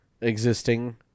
existing